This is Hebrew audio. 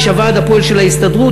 איש הוועד הפועל של ההסתדרות,